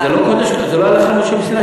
אז מה, זה לא הלכה למשה מסיני.